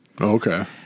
okay